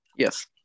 Yes